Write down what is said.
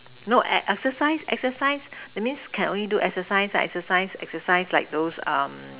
no eh exercise exercise that means can only do exercise exercise exercise like those um